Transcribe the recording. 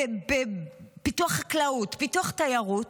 בפיתוח חקלאות, בפיתוח תיירות,